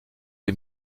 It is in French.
les